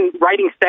writing